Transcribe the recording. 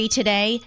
today